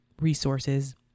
resources